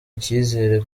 icyizere